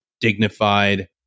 dignified